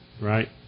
right